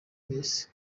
mbese